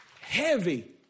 heavy